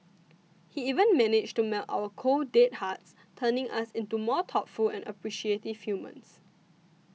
he even managed to melt our cold dead hearts turning us into more thoughtful and appreciative humans